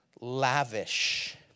lavish